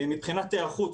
מבחינת היערכות.